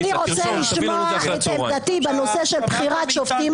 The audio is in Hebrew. תרשום --- אם אדוני רוצה לשמוע את עמדתי בנושא בחירת שופטים,